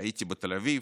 הייתי בתל אביב,